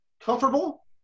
comfortable